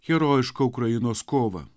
herojišką ukrainos kovą